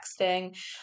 texting